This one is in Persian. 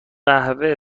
قهوه